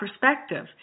perspective